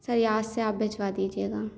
sir याद से आप भेजवा दीजिएगा